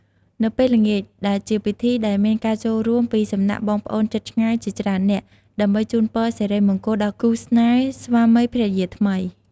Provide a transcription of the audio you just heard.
នៅពេលល្ងាចដែលជាពិធីដែលមានការចូលរួមពីសំណាក់បងប្អូនជិតឆ្ងាយជាច្រើននាក់ ដើម្បីជូនពរសិរីមង្គលដល់គូរស្នេហ៍ស្វាមីភរិយាថ្មី។